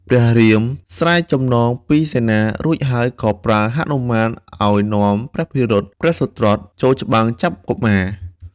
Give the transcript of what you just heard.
ព្រះរាមស្រាយចំណងពីសេនា រួចហើយក៏ប្រើហនុមានឱ្យនាំព្រះភិរុត ព្រះសុត្រុតចូលច្បាំងចាប់កុមារ។